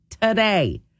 today